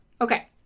Okay